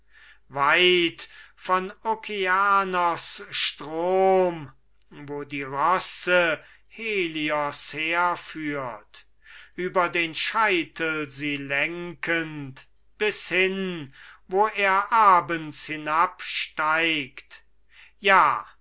weit von okeanos strom wo die rosse helios herführt über den scheitel sie lenkend bis hin wo er abends hinabsteigt ja